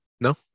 No